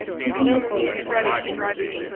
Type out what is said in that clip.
choosing to see it as green as it can be.